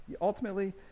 ultimately